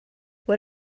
what